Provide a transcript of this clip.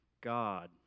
God